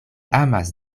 amas